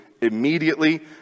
Immediately